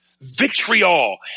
vitriol